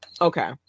Okay